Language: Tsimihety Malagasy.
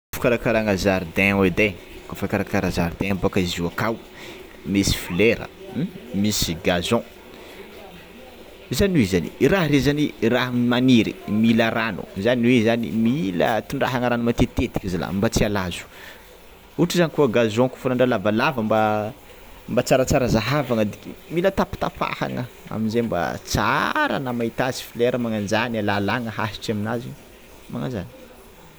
Fikarakaragna zaridin ode efa karakara zaridin boka izy io akao, misy flera, misy gazon zany hoe raha reo raha maniry mila rano zany hoe zany mila tondrahana rano matetitetiky zalah mba tsy halazo ohatra zany koa gazon fa nandraha lavalava mba mba tsaratsara zahavagna atike mila tapatapahana amizay mba tsara anao mahita azy flera alalana ahitra aminazy magnanzany.